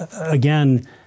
again